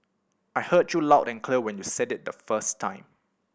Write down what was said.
I heard you loud and clear when you said it the first time